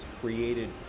created